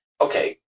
okay